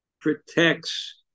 protects